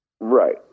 Right